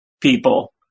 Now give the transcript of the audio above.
people